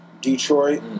Detroit